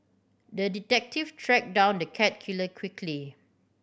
the detective track down the cat killer quickly